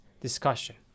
discussion